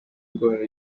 ndwara